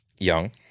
Young